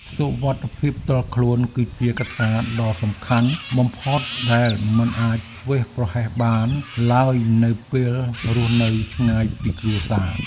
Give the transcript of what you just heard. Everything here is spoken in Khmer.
សុវត្ថិភាពផ្ទាល់ខ្លួនគឺជាកត្តាដ៏សំខាន់បំផុតដែលមិនអាចធ្វេសប្រហែសបានឡើយនៅពេលរស់នៅឆ្ងាយពីគ្រួសារ។